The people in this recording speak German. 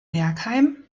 bergheim